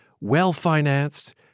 well-financed